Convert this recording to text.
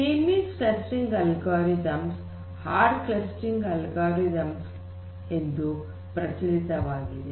K means clustering algorithms hard clustering algorithms ಎಂದು ಪ್ರಚಲಿತವಾಗಿದೆ